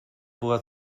była